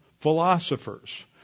philosophers